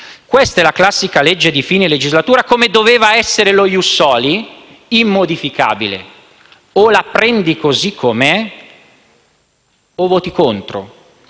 È la classica legge di fine legislatura - come doveva essere lo *ius soli* - immodificabile: o la prendi così com'è o voti contro.